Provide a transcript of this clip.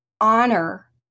honor